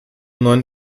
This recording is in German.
neuen